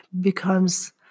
becomes